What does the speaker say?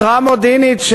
התרעה מודיעינית,